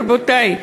רבותי,